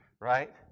right